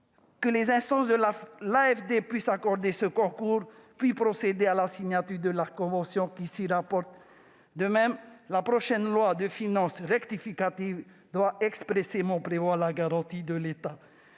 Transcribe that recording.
que les instances de l'AFD puissent accorder ce concours, puis procéder à la signature de la convention qui s'y rapporte. De même, la prochaine loi de finances rectificative doit expressément prévoir la garantie de l'État.